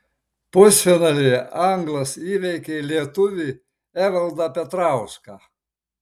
pusfinalyje anglas įveikė lietuvį evaldą petrauską